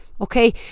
okay